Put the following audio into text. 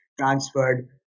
transferred